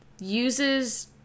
uses